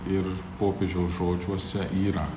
ir popiežiaus žodžiuose yra